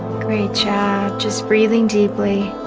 great job just breathing deeply